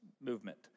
movement